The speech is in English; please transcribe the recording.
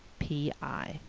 p i